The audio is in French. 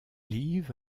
live